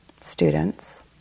students